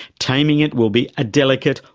taming it will be a delicate,